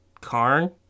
Karn